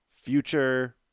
future